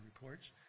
reports